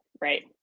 Right